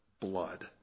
blood